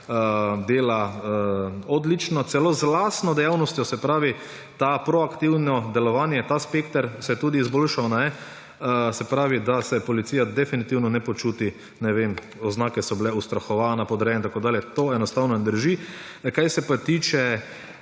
dela odlično, celo z lastno dejavnostjo, to proaktivno delovanje, ta spekter se je tudi izboljšal, da se policija definitivno ne počuti ‒ ne vem, oznake so bile ustrahovana, podrejena in tako dalje, to enostavno ne drži. Kar se pa tiče